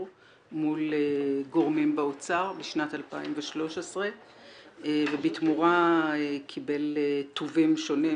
מול גורמים באוצר בשנת 2013 ובתמורה קיבל טובים שונים,